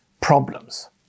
problems